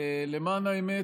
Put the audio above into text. למען האמת,